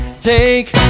Take